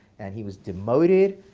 and he was demoted.